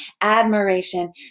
admiration